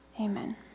Amen